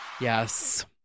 Yes